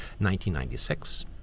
1996